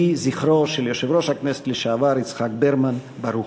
יהי זכרו של יושב-ראש הכנסת לשעבר יצחק ברמן ברוך.